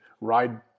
ride